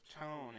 tone